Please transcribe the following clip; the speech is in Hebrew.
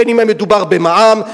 בין שמדובר במע"מ,